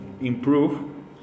improve